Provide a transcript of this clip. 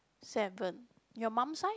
seven your mom side